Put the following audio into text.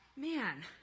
Man